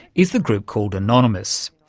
is the group called anonymous.